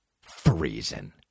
freezing